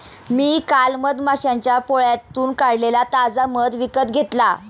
मी काल मधमाश्यांच्या पोळ्यातून काढलेला ताजा मध विकत घेतला